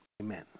Amen